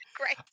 Great